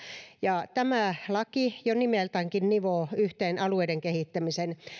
ja tämä laki jo nimeltäänkin nivoo yhteen alueiden kehittämisen